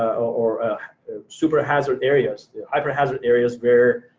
or super-hazard areas. the hyper-hazard areas where